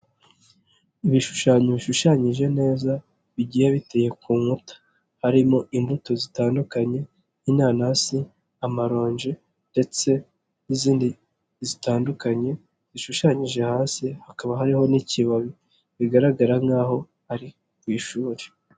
Ibishushanyo bishushanyije neza, bigiye biteye ku nkuta, harimo imbuto zitandukanye inanasi, amaronji, ndetse n'izindi zitandukanye, zishushanyije hasi hakaba hariho n'ikibabi, bigaragara nk'aho ari ku ishuri.